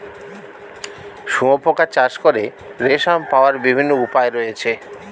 শুঁয়োপোকা চাষ করে রেশম পাওয়ার বিভিন্ন উপায় রয়েছে